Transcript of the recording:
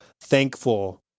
thankful